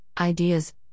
ideas